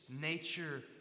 nature